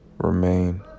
remain